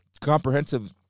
comprehensive